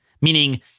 meaning